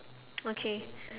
okay